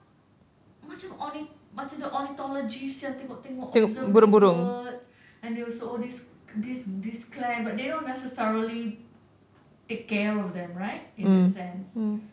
macam orni~ macam the ornithologist yang tengok-tengok observe the birds and they will also all these these clans but they don't necessarily take care of them right in that sense